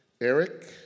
Eric